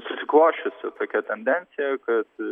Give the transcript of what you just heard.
susiklosčiusi tokia tendencija kad